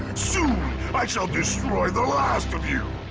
soon i shall destroy the last of you,